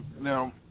Now